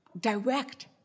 direct